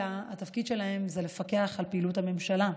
אלא התפקיד שלהם זה לפקח על פעילות הממשלה,